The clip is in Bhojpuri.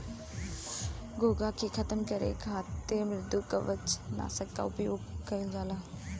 घोंघा के खतम करे खातिर मृदुकवच नाशक के उपयोग कइल जाला